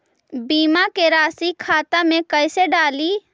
बीमा के रासी खाता में कैसे डाली?